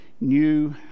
new